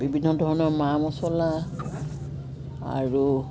বিভিন্ন ধৰণৰ মা মছলা